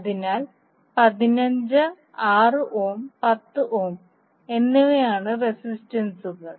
അതിനാൽ 15 6 ohm 10 ohm എന്നിവയാണ് റെസിസ്റ്ററുകൾ